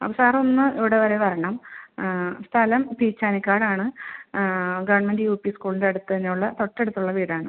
ആ സാറൊന്ന് ഇവിടെ വരെ വരണം സ്ഥലം പീച്ചാനിക്കാടാണ് ഗവൺമെൻറ്റ് യു പി സ്കൂളിൻ്റടുത്തന്നുള്ള തൊട്ടടുത്തുള്ള വീടാണ്